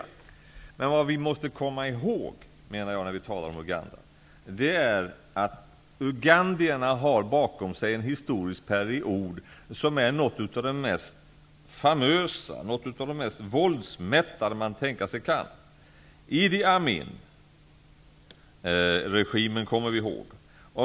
Men det jag menar att vi måste komma ihåg när vi talar om Uganda är att ugandierna bakom sig har en historisk period som är något av det mest famösa, något av det mest våldsmättade man kan tänka sig. Idi Amin-regimen kommer vi ihåg.